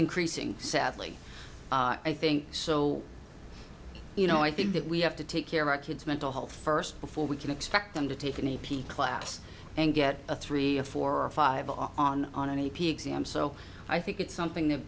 increasing sadly i think so you know i think that we have to take care of our kids mental health first before we can expect them to take an a p class and get a three a four or five on on an a p exam so i think it's something that